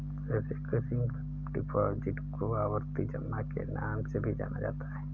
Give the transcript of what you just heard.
recurring deposit को आवर्ती जमा के नाम से भी जाना जाता है